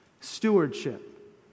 Stewardship